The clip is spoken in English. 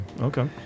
Okay